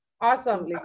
Awesome